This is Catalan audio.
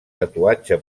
tatuatge